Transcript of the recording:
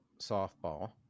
softball